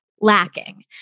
lacking